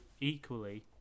equally